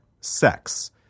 sex